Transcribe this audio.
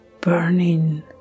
burning